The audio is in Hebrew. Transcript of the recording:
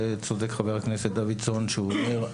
וצודק חבר הכנסת דוידסון שאומר,